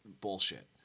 bullshit